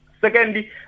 Secondly